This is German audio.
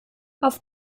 auf